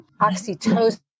oxytocin